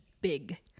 big